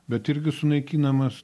bet irgi sunaikinamas